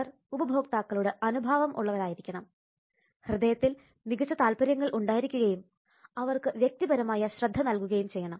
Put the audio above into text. അവർ ഉപഭോക്താക്കളോട് അനുഭാവം ഉള്ളവരായിരിക്കണം ഹൃദയത്തിൽ മികച്ച താല്പര്യങ്ങൾ ഉണ്ടായിരിക്കുകയും അവർക്ക് വ്യക്തിപരമായ ശ്രദ്ധ നൽകുകയും ചെയ്യണം